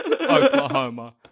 Oklahoma